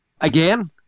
again